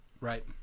Right